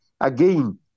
again